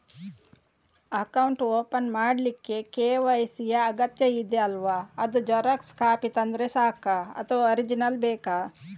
Account open ಮಾಡ್ಲಿಕ್ಕೆ KYC ಯಾ ಅಗತ್ಯ ಇದೆ ಅಲ್ವ ಅದು ಜೆರಾಕ್ಸ್ ಕಾಪಿ ತಂದ್ರೆ ಸಾಕ ಅಥವಾ ಒರಿಜಿನಲ್ ಬೇಕಾ?